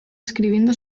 escribiendo